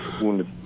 wounded